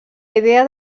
idea